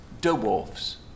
dwarfs